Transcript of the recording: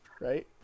Right